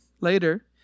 later